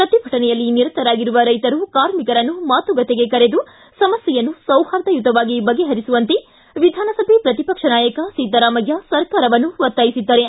ಪ್ರತಿಭಟನೆಯಲ್ಲಿ ನಿರತರಾಗಿರುವ ರೈತರು ಕಾರ್ಮಿಕರನ್ನು ಮಾತುಕತೆಗೆ ಕರೆದು ಸಮಸ್ಥೆಯನ್ನು ಸೌಹಾರ್ದಯುತವಾಗಿ ಬಗೆಹರಿಸುವಂತೆ ವಿಧಾನಸಭೆ ಪ್ರತಿಪಕ್ಷ ನಾಯಕ ಸಿದ್ದರಾಮಯ್ಯ ಸರ್ಕಾರವನ್ನು ಒತ್ತಾಯಿಸಿದ್ದಾರೆ